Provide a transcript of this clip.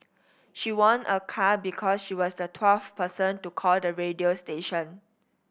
she won a car because she was the twelfth person to call the radio station